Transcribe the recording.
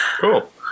Cool